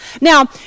Now